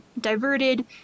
diverted